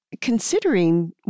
considering